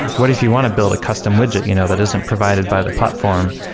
what if you want to build a custom widget you know that isn't provided by the platform?